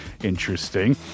Interesting